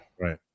right